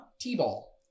T-ball